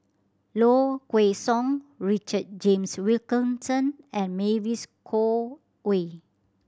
Low Kway Song Richard James Wilkinson and Mavis Khoo Oei